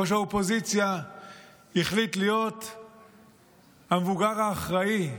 ראש האופוזיציה החליט להיות המבוגר האחראי,